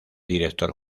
director